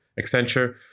Accenture